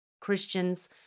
Christians